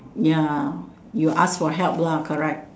ya you ask for help lah correct